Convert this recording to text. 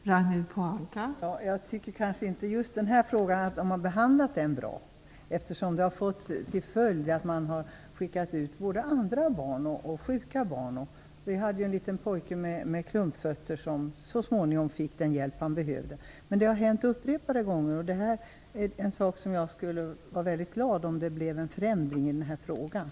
Fru talman! Jag tycker kanske inte att Utlänningsnämnden har behandlat just denna fråga bra, eftersom det har fått till följd att man har skickat ut både sjuka barn och andra barn. Det var t.ex. en liten pojke med klumpfot, som så småningom fick den hjälp han behövde. Sådant har hänt upprepade gånger. Jag skulle vara glad om det blev en förändring i dessa frågor.